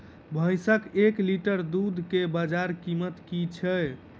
भैंसक एक लीटर दुध केँ बजार कीमत की छै?